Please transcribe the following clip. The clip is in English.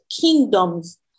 kingdoms